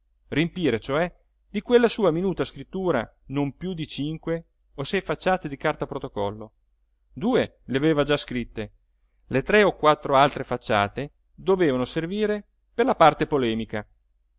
riempire cioè di quella sua minuta scrittura non piú di cinque o sei facciate di carta protocollo due le aveva già scritte le tre o quattro altre facciate dovevano servire per la parte polemica